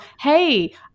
hey